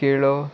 केळो